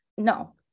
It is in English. no